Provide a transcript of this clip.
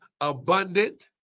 abundant